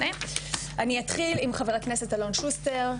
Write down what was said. אני אתחיל עם חבר הכנסת אלון שוסטר,